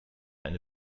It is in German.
eine